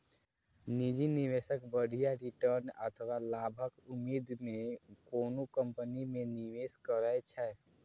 निजी निवेशक बढ़िया रिटर्न अथवा लाभक उम्मीद मे कोनो कंपनी मे निवेश करै छै